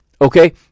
Okay